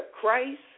Christ